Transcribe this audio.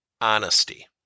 honesty